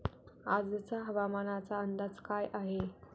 आजचा हवामानाचा अंदाज काय आहे?